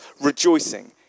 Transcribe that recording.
rejoicing